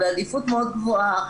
בעדיפות מאוד גבוהה,